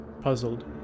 puzzled